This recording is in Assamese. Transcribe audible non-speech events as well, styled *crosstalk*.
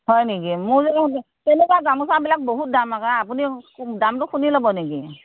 হয় নেকি *unintelligible* তেনেকুৱা গামোচাবিলাকৰ বহুত দাম আকৌ আপুনি দামটো শুনি ল'ব নেকি